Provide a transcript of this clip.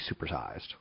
supersized